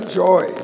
joy